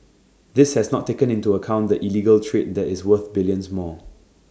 this has not taken into account the illegal trade that is worth billions more